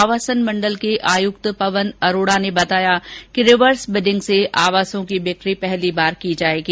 आवासन मण्डल के आयुक्त पवन अरोड़ा ने बताया कि रिवर्स बिडिंग से आवासों की बिक्री पहली बार की जायेगी